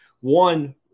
One